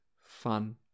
Fun